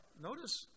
Notice